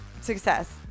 Success